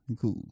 cool